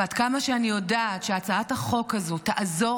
ועד כמה שאני יודעת שהצעת החוק הזו תעזור